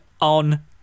on